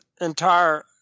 entire